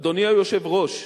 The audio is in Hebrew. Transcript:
אדוני היושב-ראש,